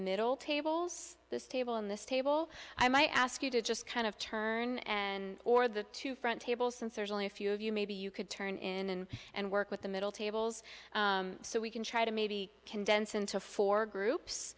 middle tables this table in this table i might ask you to just kind of turn and or the two front tables since there's only a few of you maybe you could turn in and work with the middle tables so we can try to maybe condense into four